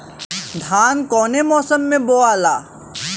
धान कौने मौसम मे बोआला?